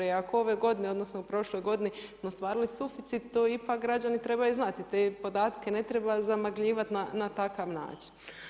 I ako ove g. odnosno, u prošloj g. smo ostvarili suficit, to ipak građani trebaju znati te podatke, ne treba zamagljivati na takav način.